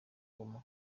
goma